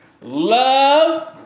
Love